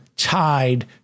Tied